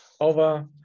Over